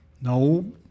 no